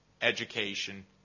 education